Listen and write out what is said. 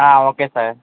హా okay sir